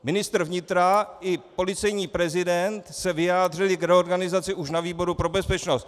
Ministr vnitra i policejní prezident se vyjádřili k reorganizaci už na výboru pro bezpečnost.